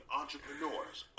entrepreneurs